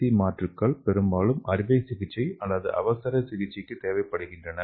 C மாற்றுக்கள் பெரும்பாலும் அறுவை சிகிச்சை அல்லது அவசர சிகிச்சைக்கு தேவைப்படுகின்றன